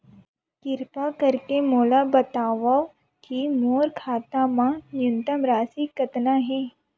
किरपा करके मोला बतावव कि मोर खाता मा न्यूनतम राशि कतना हे